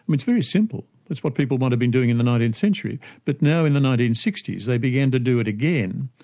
it's very simple it's what people might have been doing in the nineteenth century, but now in the nineteen sixty s, they began to do it again,